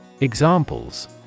Examples